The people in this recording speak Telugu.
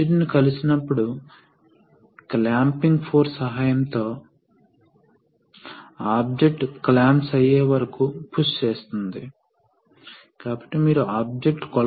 కాబట్టి ఇప్పుడు వివిధ సందర్భాలు ఉన్నాయి కొన్ని సందర్భాల్లో ముందుకు నెట్టడం ఒక లోడ్ కింద ఉంది వెనుకకు నెట్టడం ఉచితం కాబట్టి వివిధ సందర్భాలు తలెత్తుతున్నాయి మరియు వీటిలో కొన్నింటిని చూస్తాము ఎందుకంటే ఈ ఎక్స్టెన్షన్ మరియు రిట్రాక్షన్ వలన